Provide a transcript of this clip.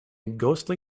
ghostly